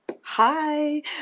Hi